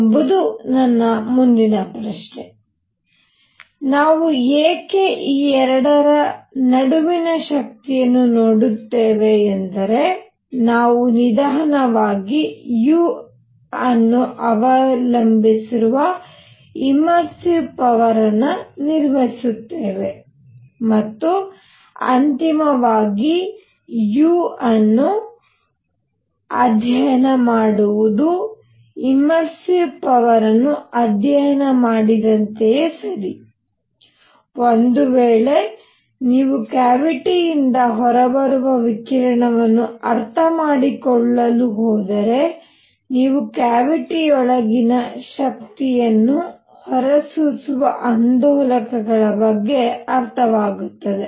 ಎಂಬುದು ನನ್ನ ಮುಂದಿನ ಪ್ರಶ್ನೆ ನಾವು ಏಕೆ ಈ ಎರಡರ ನಡುವಿನ ಶಕ್ತಿಯನ್ನು ನೋಡುತ್ತೇವೆ ಎಂದರೆ ನಾವು ನಿಧಾನವಾಗಿ U ಅನ್ನು ಅವಲಂಬಿಸಿರುವ ಇಮ್ಮೆರ್ಸಿವ್ ಪವರ್ ನಿರ್ಮಿಸುತ್ತೇವೆ ಮತ್ತು ಅಂತಿಮವಾಗಿ u ಅನ್ನು ಅಧ್ಯಯನ ಮಾಡುವುದು ಇಮ್ಮೆರ್ಸಿವ್ ಪವರ್ ಅಧ್ಯಯನ ಮಾಡಿದಂತೆಯೇ ಸರಿ ಒಂದು ವೇಳೆ ನೀವು ಕ್ಯಾವಿಟಿಯಿಂದ ಹೊರಬರುವ ವಿಕಿರಣವನ್ನು ಅರ್ಥಮಾಡಿಕೊಳ್ಳಲು ಹೋದರೆ ನೀವು ಕ್ಯಾವಿಟಿಯೊಳಗಿನ ಶಕ್ತಿಯನ್ನು ಹೊರಸೂಸುವ ಆಂದೋಲಕಗಳ ಬಗ್ಗೆ ಅರ್ಥವಾಗುತ್ತದೆ